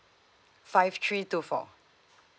five three two four